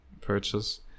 purchase